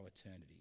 eternity